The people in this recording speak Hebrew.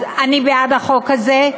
אז אני בעד החוק הזה.